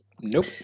nope